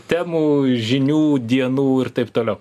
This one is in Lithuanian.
temų žinių dienų ir taip toliau